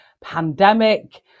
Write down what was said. pandemic